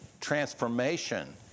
transformation